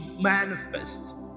manifest